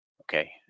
Okay